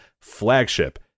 FLAGSHIP